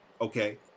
Okay